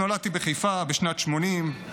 אני נולדתי בחיפה בשנת 1980,